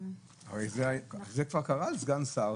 זה כבר קרה לסגן שר,